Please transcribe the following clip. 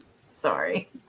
Sorry